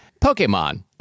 Pokemon